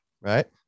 right